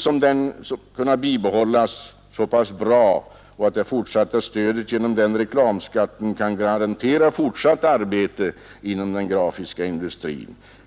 som den verksamheten gått så pass bra och att det fortsatta stödet genom denna reklamskatt kan garantera arbete för framtiden inom den grafiska verksamheten.